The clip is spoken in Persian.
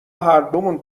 هردومون